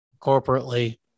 corporately